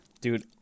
dude